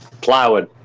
plywood